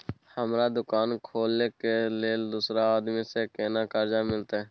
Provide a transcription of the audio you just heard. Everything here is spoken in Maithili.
हमरा दुकान खोले के लेल दूसरा आदमी से केना कर्जा मिलते?